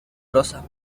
rosas